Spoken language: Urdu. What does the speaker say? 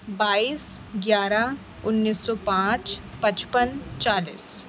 بائیس گیارہ انیس سو پانچ پچپن چالیس